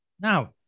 Now